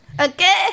Okay